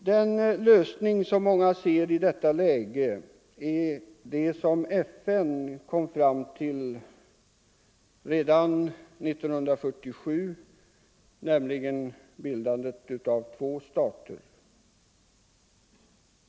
Den lösning som många ser i detta läge är den som FN kom fram till redan 1947, nämligen bildandet av två stater.